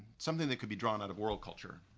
something that could be drawn out of world culture,